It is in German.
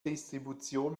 distribution